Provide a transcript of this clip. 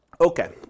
Okay